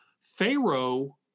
Pharaoh